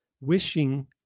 Wishing